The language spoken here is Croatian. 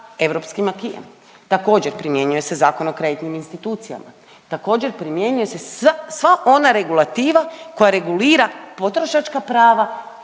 europskim AKI-jem, također primjenjuje se Zakon o kreditnim institucijama, također primjenjuje se sva, sva ona regulativa koja regulira potrošačka prava,